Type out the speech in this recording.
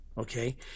okay